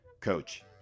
coach